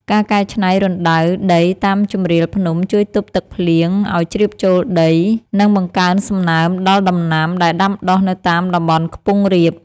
ការកែច្នៃរណ្តៅដីតាមជម្រាលភ្នំជួយទប់ទឹកភ្លៀងឱ្យជ្រាបចូលដី និងបង្កើនសំណើមដល់ដំណាំដែលដាំដុះនៅតាមតំបន់ខ្ពង់រាប។